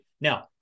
Now